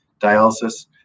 dialysis